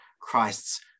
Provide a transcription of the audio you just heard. Christ's